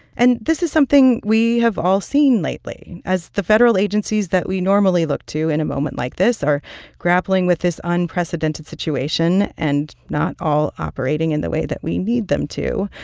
and this is something we have all seen lately. as the federal agencies that we normally look to in a moment like this are grappling with this unprecedented situation and not all operating in the way that we need them to,